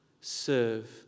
Serve